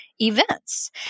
events